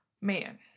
man